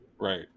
Right